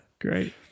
Great